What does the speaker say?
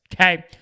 okay